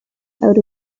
out